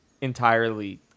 entirely